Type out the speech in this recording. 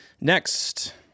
Next